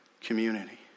community